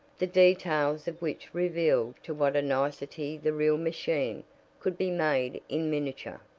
the details of which revealed to what a nicety the real machine could be made in miniature.